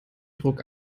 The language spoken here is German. druck